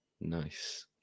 nice